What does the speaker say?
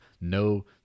no